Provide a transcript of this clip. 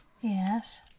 yes